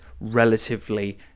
relatively